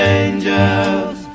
angels